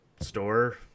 store